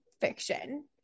fiction